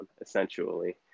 essentially